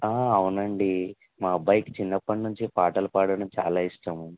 అవును అండి మా అబ్బాయికి చిన్నప్పటి నుంచి పాటలు పాడటం చాలా ఇష్టము